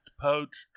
poached